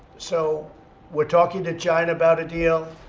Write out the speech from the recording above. so we're talking to china about a deal.